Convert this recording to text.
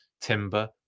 Timber